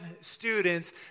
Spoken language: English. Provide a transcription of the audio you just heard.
students